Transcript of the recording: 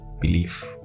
Belief